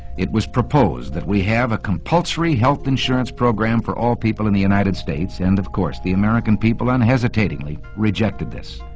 it was proposed that we have a compulsory health insurance program for all people in the united states and of course the american people unhesitatingly rejected this.